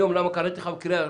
אם זה חמש שנים,